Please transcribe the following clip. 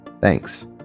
Thanks